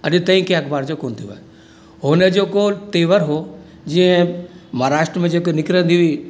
अॼु ताईं जे अख़बार जो कोन्ह थियो आहे हो न जेको तेवर हो जीअं महाराष्ट्र में जेको निकिरींदी हुई